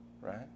right